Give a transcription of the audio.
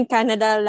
Canada